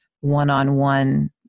one-on-one